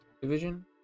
Division